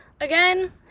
again